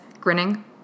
grinning